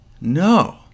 No